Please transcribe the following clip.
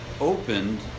opened